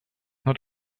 not